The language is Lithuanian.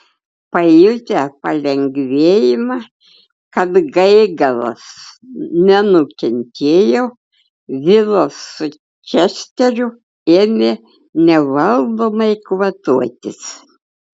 pajutę palengvėjimą kad gaigalas nenukentėjo vilas su česteriu ėmė nevaldomai kvatotis